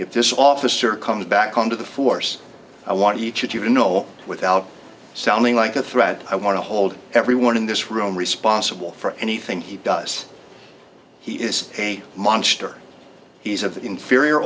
if this officer comes back onto the force i want each of you to know without sounding like a threat i want to hold everyone in this room responsible for anything he does he is a monster he's of the inferior